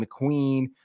McQueen